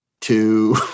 two